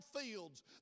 fields